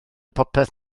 popeth